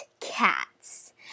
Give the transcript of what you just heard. Cats